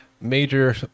major